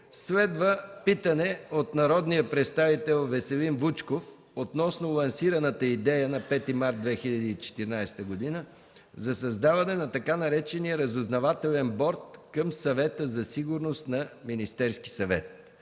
Следва питане от народния представител Веселин Вучков относно лансираната идея – на 5 март 2014 г., за създаване на така наречения „Разузнавателен борд към Съвета за сигурност на Министерския съвет”.